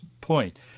point